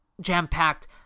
jam-packed